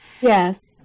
Yes